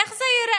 איך זה ייראה,